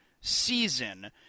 season